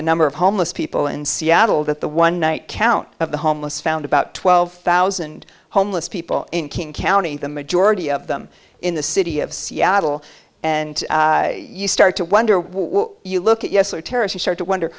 the number of homeless people in seattle that the one night count of the homeless found about twelve thousand homeless people in king county the majority of them in the city of seattle and you start to wonder why you look at yes or terrace you start to wonder